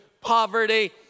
poverty